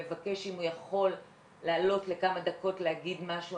מבקש אם הוא יכול לעלות לכמה דקות להגיד משהו.